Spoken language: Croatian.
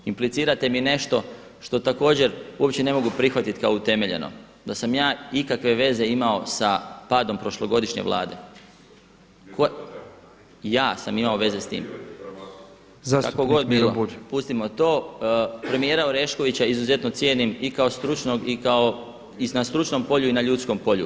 Implicirate mi nešto što također uopće ne mogu prihvatiti kao utemeljeno da sam ja ikakve veze imao sa padom prošlogodišnje Vlade. … [[Upadica se ne čuje.]] Ja sam imao veze sa time? … [[Upadica se ne čuje.]] [[Upadica predsjednik: Zastupnik Miro Bulj.]] Kako god bilo, pustimo to, premijera Oreškovića izuzetno cijenim i kao stručnog i kao, i na stručnom polju i na ljudskom polju.